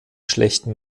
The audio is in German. schlechten